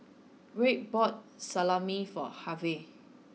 wade bought Salami for Harve